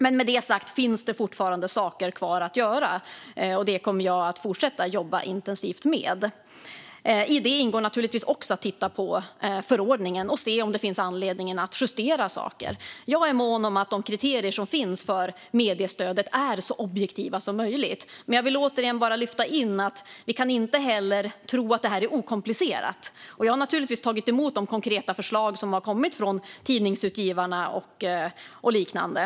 Men med det sagt finns det fortfarande saker kvar att göra, och det kommer jag att fortsätta jobba intensivt med. I det ingår naturligtvis också att titta på förordningen och se om det finns anledning att justera saker. Jag är mån om att de kriterier som finns för mediestödet är så objektiva som möjligt. Men jag vill återigen bara säga att vi inte kan tro att det här är okomplicerat. Jag har naturligtvis tagit emot de konkreta förslag som har kommit från Tidningsutgivarna och liknande.